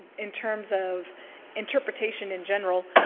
in terms of interpretation in general